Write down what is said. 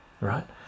right